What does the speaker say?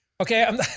okay